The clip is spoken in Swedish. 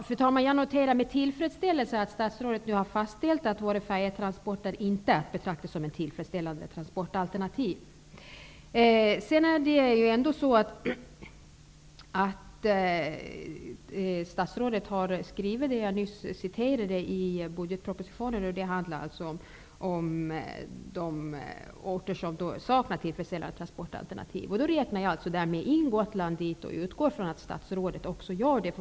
Fru talman! Jag noterar med tillfredsställelse att statsrådet nu har fastslagit att våra färjetransporter inte är att betrakta som ett tillfredsställande transportalternativ. Det statsrådet sade i budgetpropositionen, vilket jag nyss refererade, handlade om de orter som saknade tillfredsställande transportalternativ. Jag räknar därmed Gotland till dessa, och jag utgår från att också statsrådet gör det.